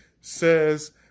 says